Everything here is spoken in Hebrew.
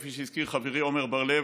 כפי שהזכיר חברי עמר בר לב,